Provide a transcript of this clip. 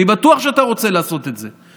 אני בטוח שאתה רוצה לעשות את זה.